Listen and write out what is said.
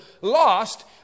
lost